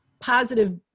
positive